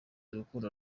urukundo